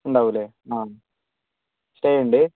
ഉണ്ടാവുമല്ലേ ആഹ് സ്റ്റേ ഉണ്ട്